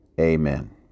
Amen